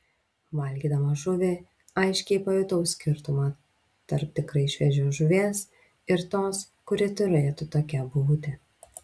valgydama žuvį aiškiai pajutau skirtumą tarp tikrai šviežios žuvies ir tos kuri turėtų tokia būti